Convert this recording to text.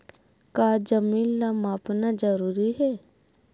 का जमीन ला मापना जरूरी हे?